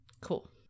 Cool